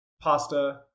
pasta